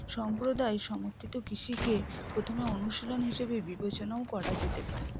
সম্প্রদায় সমর্থিত কৃষিকে প্রথমে অনুশীলন হিসেবে বিবেচনাও করা যেতে পারে